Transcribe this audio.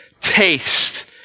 Taste